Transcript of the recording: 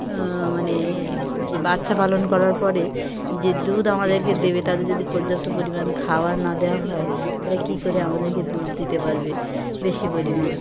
মানে যে বাচ্চা পালন করার পরে যে দুধ আমাদেরকে দেবে তাদের যদি পর্যাপ্ত পরিমাণ খাবার না দেওয়া হয় তাহলে কী করে আমাদেরকে দুধ দিতে পারবে বেশি পরিমাণ